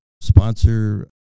sponsor